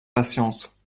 patience